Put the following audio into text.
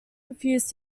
refused